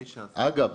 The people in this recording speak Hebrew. אגב,